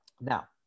Now